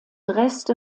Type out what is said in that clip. reste